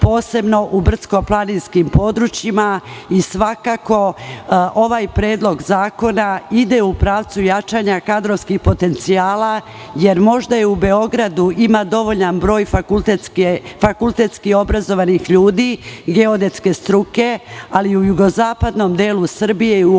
posebno u brdsko-planinskim područjima. Svakako ovaj predlog zakona ide u pravcu jačanja kadrovskih potencijala, jer možda u Beogradu ima dovoljan broj fakultetski obrazovanih ljudi geodetske struke, ali u jugozapadnom delu Srbije i u opštini